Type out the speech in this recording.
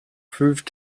proved